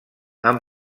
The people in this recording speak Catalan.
han